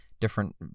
different